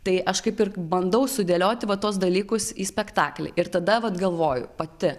tai aš kaip ir bandau sudėlioti va tuos dalykus spektaklį ir tada vat galvoju pati